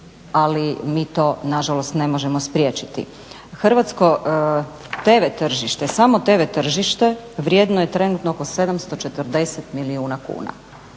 ali mi to nažalost ne možemo spriječiti. Hrvatsko TV tržište, samo TV tržište vrijedno je oko 740 milijuna kuna.